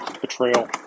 Betrayal